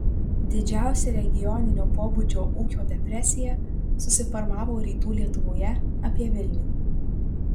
didžiausia regioninio pobūdžio ūkio depresija susiformavo rytų lietuvoje apie vilnių